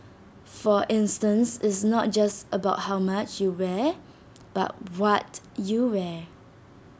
for instance it's not just about how much you wear but what you wear